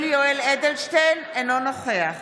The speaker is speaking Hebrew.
אינו נוכח